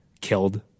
killed